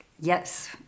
Yes